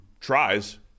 tries